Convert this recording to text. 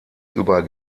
über